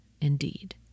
indeed